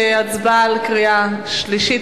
להצבעה בקריאה שלישית.